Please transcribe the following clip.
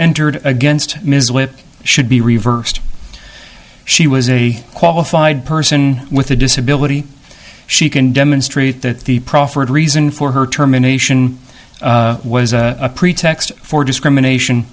entered against ms why it should be reversed she was a qualified person with a disability she can demonstrate that the proffered reason for her terminations was a pretext for discrimination